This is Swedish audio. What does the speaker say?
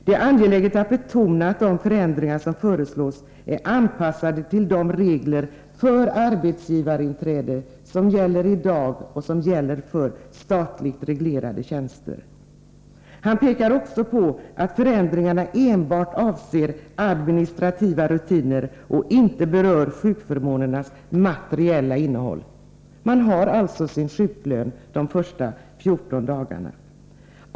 Det är angeläget att betona att de förändringar som föreslås är anpassade till de regler för arbetsgivarinträde som gäller i dag och som gäller för statligt reglerade tjänster. Han pekar också på att förändringarna enbart avser administrativa rutiner och inte berör sjukförmånernas materiella innehåll. De statsanställda har alltså sin sjuklön de första 14 dagarna.